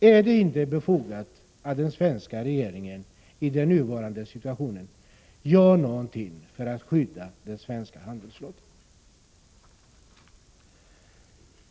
Men är det inte befogat att den svenska regeringen i den nuvarande situationen gör någonting för att skydda den svenska handelsflottan?